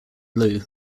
blue